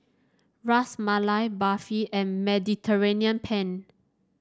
Ras Malai Barfi and Mediterranean Penne